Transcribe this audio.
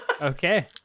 Okay